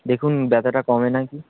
দেখুন ব্যথাটা কমে নাকি